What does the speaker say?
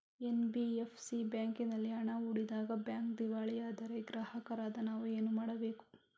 NBFC ಬ್ಯಾಂಕಿನಲ್ಲಿ ಹಣ ಹೂಡಿದಾಗ ಬ್ಯಾಂಕ್ ದಿವಾಳಿಯಾದರೆ ಗ್ರಾಹಕರಾದ ನಾವು ಏನು ಮಾಡಬೇಕು?